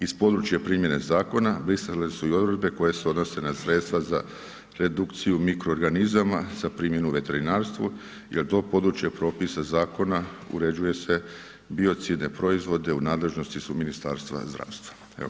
Iz područja primjene zakona, brisane su i odredbe koje se odnose na sredstva za redukciju mikroorganizama sa primjenu u veterinarstvu jer to područje propisa zakona, uređuje se biocidne proizvode u nadležnosti su Ministarstva zdravstva.